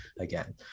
again